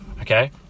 okay